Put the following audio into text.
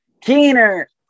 Keener